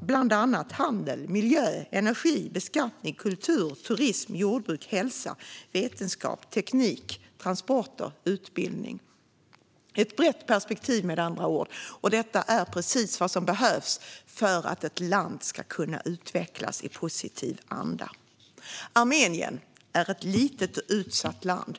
bland annat handel, miljö, energi, beskattning, kultur, turism, jordbruk, hälsa, vetenskap, teknik, transport och utbildning. Ett brett perspektiv, med andra ord, och det är precis vad som behövs för att ett land ska kunna utvecklas i positiv anda. Armenien är ett litet och utsatt land.